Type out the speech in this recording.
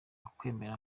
ukwemera